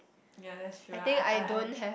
yea that's true I I I